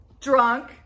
drunk